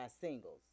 singles